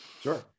Sure